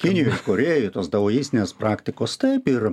kinijoj ir korėjoj tos daoistinės praktikos taip ir